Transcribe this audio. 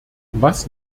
was